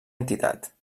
entitat